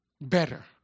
better